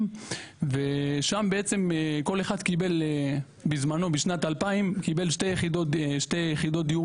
ושם כל אחד קיבל בזמנו בשנת 2000 שתי יחידות דיור